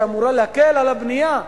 שאמורה להקל על הבנייה.